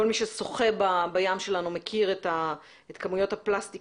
כל מי ששוחה בים שלנו מכיר את כמויות הפלסטיק